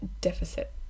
deficit